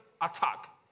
attack